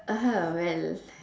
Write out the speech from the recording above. uh well